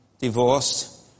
divorced